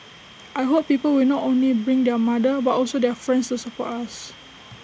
I hope people will not only bring their mother but also their friends to support us